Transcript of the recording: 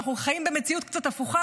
אנחנו חיים במציאות קצת הפוכה,